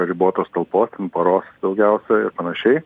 ribotos talpos paros daugiausia ir panašiai